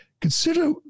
consider